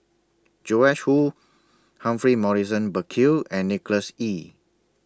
Joash Moo Humphrey Morrison Burkill and Nicholas Ee